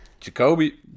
Jacoby